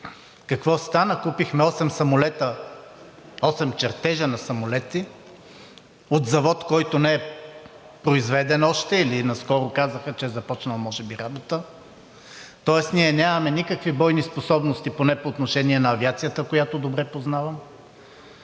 самолета – осем чертежа на самолети от завод, който не е произведен още, или наскоро казаха, че е започнал може би работа, тоест ние нямаме никакви бойни способности, поне по отношение на авиацията, която добре познавам.